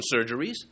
surgeries